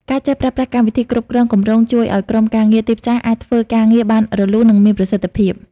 ការចេះប្រើប្រាស់កម្មវិធីគ្រប់គ្រងគម្រោងជួយឱ្យក្រុមការងារទីផ្សារអាចធ្វើការងារបានរលូន និងមានប្រសិទ្ធភាព។